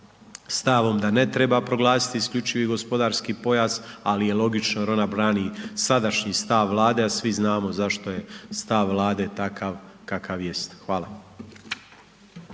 stavom da ne treba proglasiti isključivi gospodarski pojas, ali je logično jer ona brani sadašnji stav Vlade, a svi znamo zašto je stav Vlade takav kakav jest. Hvala.